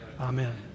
Amen